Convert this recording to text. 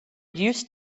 used